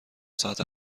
ساعت